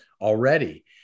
already